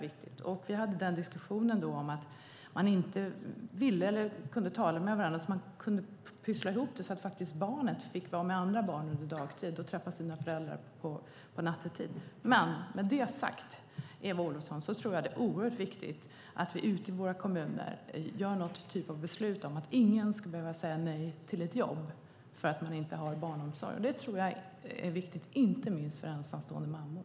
Vi hade diskussionen om att man inte ville eller kunde tala med varandra och pyssla ihop det, så att barnet fick vara med andra barn under dagtid och träffa sina föräldrar nattetid. Med det sagt, Eva Olofsson, tror jag att det är oerhört viktigt att vi ute i våra kommuner fattar någon typ av beslut om att ingen ska behöva säga nej till ett jobb för att man inte har barnomsorg. Det tror jag är viktigt inte minst för ensamstående mammor.